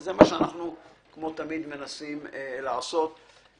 וזה מה שאנחנו מנסים לעשות כמו תמיד.